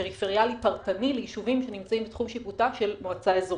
פריפריאלי פרטני ליישובים שנמצאים בתחום שיפוטה של מועצה אזורית.